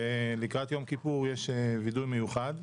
ולקראת יום כיפור יש וידוי מיוחד,